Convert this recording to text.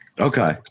Okay